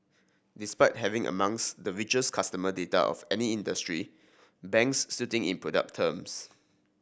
despite having amongst the richest customer data of any industry banks still in product terms